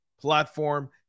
platform